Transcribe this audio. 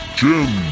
jim